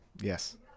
Yes